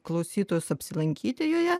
klausytojus apsilankyti joje